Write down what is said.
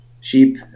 sheep